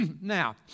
Now